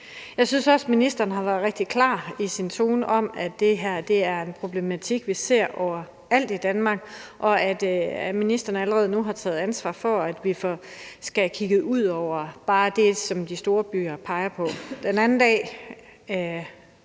Jeg synes også, ministeren har været rigtig klar i sin tone om, at det her er en problematik, vi ser overalt i Danmark, og at ministeren allerede nu har taget ansvar for, at vi skal have kigget ud over bare det, som de store byer peger på. Den anden dag,